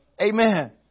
Amen